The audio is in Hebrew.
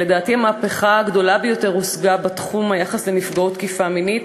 לדעתי המהפכה הגדולה ביותר הושגה בתחום היחס לנפגעות תקיפה מינית,